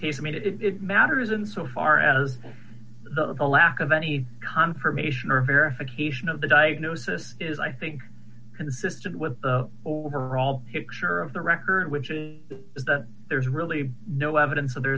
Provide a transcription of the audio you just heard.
case i mean it matters in so far as the lack of any confirmation or verification of the diagnosis is i think consistent with the overall picture of the record which is that there's really no evidence that